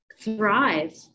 thrive